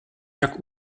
jak